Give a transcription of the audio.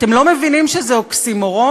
אתם לא מבינים שזה אוקסימורון?